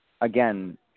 again